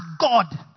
God